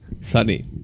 sunny